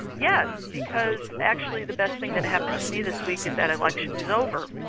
yes, because actually, the best thing that happened to me this week is that election is over